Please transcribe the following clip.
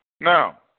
Now